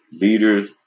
leaders